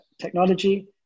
technology